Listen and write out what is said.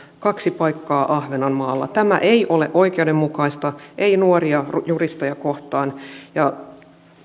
kaksi paikkaa ahvenanmaalla tämä ei ole oikeudenmukaista ei nuoria juristeja kohtaan ja